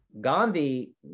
Gandhi